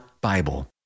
Bible